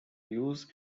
use